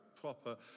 proper